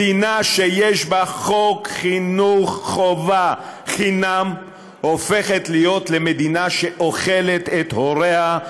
מדינה שיש בה חוק חינוך חובה חינם הופכת להיות מדינה שאוכלת את הוריה,